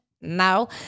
No